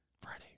Friday